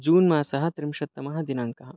जून् मासः त्रिंशत्तमः दिनाङ्कः